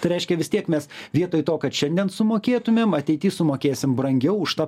tai reiškia vis tiek nes vietoj to kad šiandien sumokėtumėm ateity sumokėsim brangiau už tą